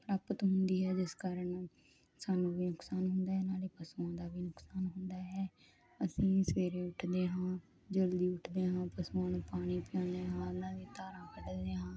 ਪ੍ਰਾਪਤ ਹੁੰਦੀ ਹੈ ਜਿਸ ਕਾਰਨ ਸਾਨੂੰ ਵੀ ਨੁਕਸਾਨ ਹੁੰਦਾ ਹੈ ਨਾਲੇ ਪਸ਼ੂਆ ਦਾ ਵੀ ਨੁਕਸਾਨ ਹੁੰਦਾ ਹੈ ਅਸੀਂ ਸਵੇਰੇ ਉੱਠਦੇ ਹਾਂ ਜਲਦੀ ਉੱਠਦੇ ਹਾਂ ਪਸ਼ੂਆਂ ਨੂੰ ਪਾਣਈ ਪਿਉਂਦੇ ਹਾਂ ਉਹਨਾਂ ਦੀਆਂ ਧਾਰਾ ਕੱਢਦੇ ਹਾਂ